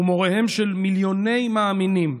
ומוריהם של מיליוני מאמינים,